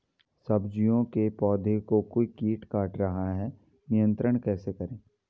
सब्जियों के पौधें को कोई कीट काट रहा है नियंत्रण कैसे करें?